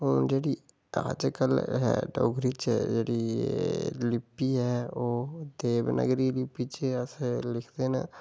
तां जेह्ड़ी अजकल ऐ तां डोगरी च जेह्ड़ी लिपि ऐ तां ओह् देवनागरी च अस लिखदे न